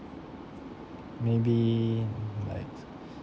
maybe mmhmm like